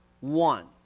one